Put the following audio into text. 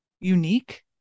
unique